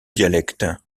dialectes